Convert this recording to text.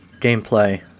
gameplay